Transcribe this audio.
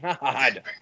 God